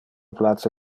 place